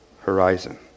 horizon